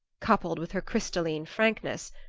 coupled with her crystalline frankness,